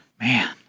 Man